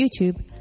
YouTube